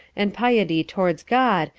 and piety towards god,